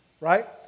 Right